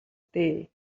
дээ